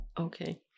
Okay